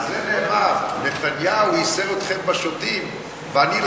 על זה נאמר: נתניהו ייסר אתכם בשוטים ואני,